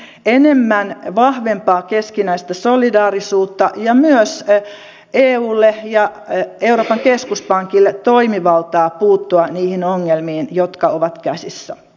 eli me tarvitsemme nyt enemmän vahvempaa keskinäistä solidaarisuutta ja myös eulle ja euroopan keskuspankille toimivaltaa puuttua niihin ongelmiin jotka ovat käsissä